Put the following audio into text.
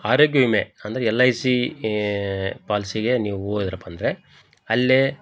ಆರೋಗ್ಯ ವಿಮೆ ಅಂದರೆ ಎಲ್ ಐ ಸಿ ಪಾಲ್ಸಿಗೆ ನೀವು ಹೋದ್ರಪ್ಪಂದ್ರೆ ಅಲ್ಲಿ